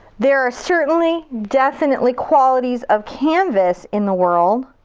there are certainly, definitely, qualities of canvas in the world.